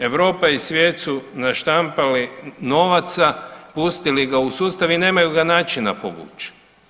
Europa i svijet su naštampali novaca, pustili ga u sustav i nemaju ga načina povući.